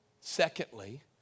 Secondly